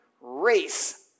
race